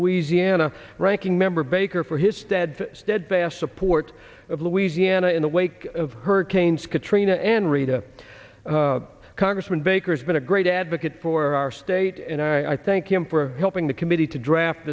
louisiana ranking member baker for his steadfast steadfast support of louisiana in the wake of hurricanes katrina and rita congressman baker's been a great advocate for our state and i thank him for helping the committee to draft